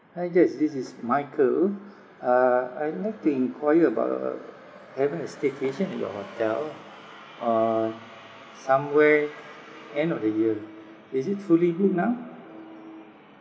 hi jess this is michael uh I would like to enquire about uh having a staycation at your hotel on somewhere end of the year is it fully booked now